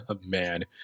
Man